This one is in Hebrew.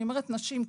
אני אומרת נשים,